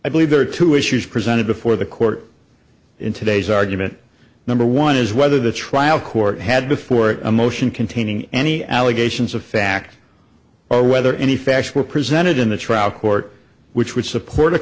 i believe there are two issues presented before the court in today's argument number one is whether the trial court had before it a motion containing any allegations of fact or whether any facts were presented in the trial court which would support